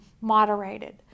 moderated